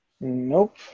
Nope